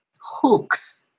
hooks